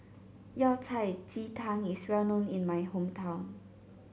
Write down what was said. Yao Cai Ji Tang is well known in my hometown